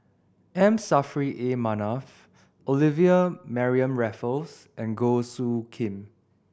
M Saffri A Manaf Olivia Mariamne Raffles and Goh Soo Khim